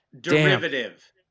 derivative